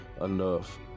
enough